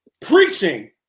preaching